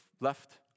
left